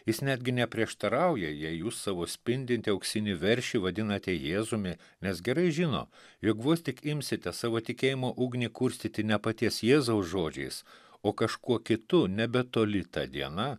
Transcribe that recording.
jis netgi neprieštarauja jei jūs savo spindintį auksinį veršį vadinate jėzumi nes gerai žino jog vos tik imsite savo tikėjimo ugnį kurstyti ne paties jėzaus žodžiais o kažkuo kitu nebetoli ta diena